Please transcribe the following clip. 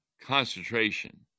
concentration